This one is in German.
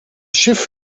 schiff